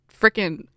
freaking